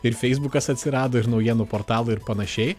ir feisbukas atsirado ir naujienų portalai ir panašiai